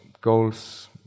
goals